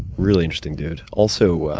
really interesting dude. also,